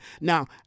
Now